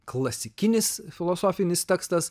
klasikinis filosofinis tekstas